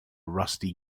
rusty